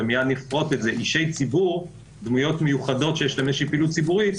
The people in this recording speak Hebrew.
ומיד נפרוט את זה דמויות מיוחדות שיש להן איזה שהיא פעילות ציבורית,